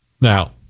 Now